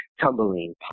tumbling